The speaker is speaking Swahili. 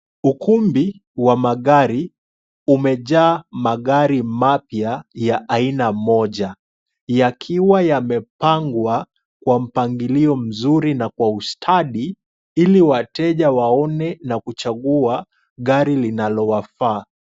Ukumbi wa magari umejaa magari mapya ya aina moja yakiwa yamepangwa kwa mpangilio mzuri na kwa ustadi ili wateja waone na kuchagua gari linalowafaa.